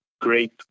great